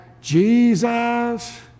Jesus